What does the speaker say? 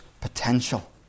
potential